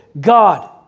God